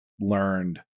learned